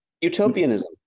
utopianism